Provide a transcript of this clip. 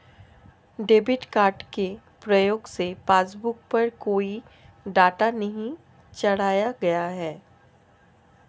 debit card के प्रयोग से पासबुक पर कोई डाटा नहीं चढ़ाया गया है